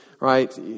right